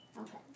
Okay